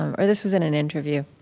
um or this was in an interview.